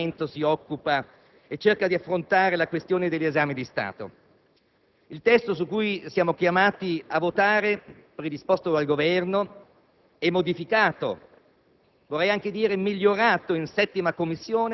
Questa è la terza legislatura in cui il Parlamento si occupa e cerca di affrontare la questione degli esami di Stato. Il testo su cui siamo chiamati a votare, predisposto dal Governo e modificato,